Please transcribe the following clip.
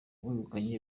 wegukanye